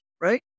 right